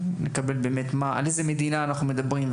לדעת על איזו מדינה אנחנו מדברים,